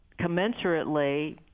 commensurately